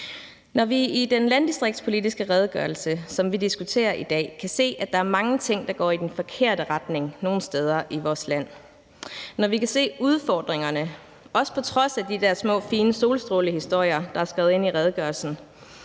Når vi i den landdistriktspolitiske redegørelse, som vi diskuterer i dag, kan se, at der er mange ting, der går i den forkerte retning nogle steder i vores land, og når vi kan se udfordringerne, også på trods af de der små, fine solstrålehistorier, der er skrevet ind i redegørelsen,